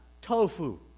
tofu